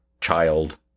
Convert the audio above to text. child